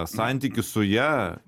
santykis su ja